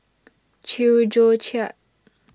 Chew Joo Chiat